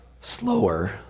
slower